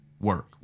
work